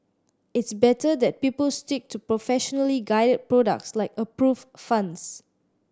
it's better that people stick to professionally guided products like approved funds